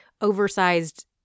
oversized